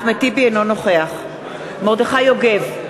אינו נוכח מרדכי יוגב,